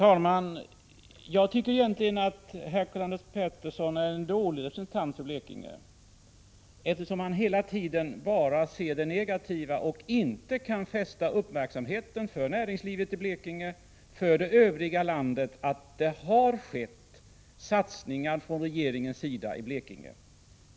Herr talman! Egentligen är Karl-Anders Petersson en dålig representant för Blekinge, eftersom han hela tiden bara ser det negativa och inte kan fästa uppmärksamheten på att det har skett satsningar från regeringens sida i Blekinge.